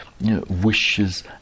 wishes